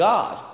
God